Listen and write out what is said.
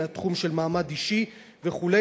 מהתחום של מעמד אישי וכו',